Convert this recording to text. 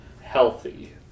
healthy